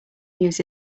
news